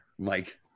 Mike